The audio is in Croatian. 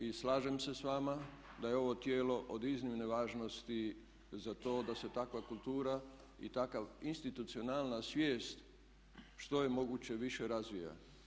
I slažem se s vama da je ovo tijelo od iznimne važnosti za to da se takva kultura i takav institucionalna svijest što je moguće više razvija.